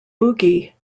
boogie